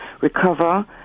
recover